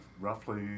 roughly